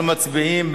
התשע"א 2011,